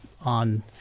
on